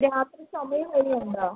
രാത്രി ചുമയും പനിയും ഉണ്ടോ